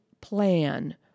plan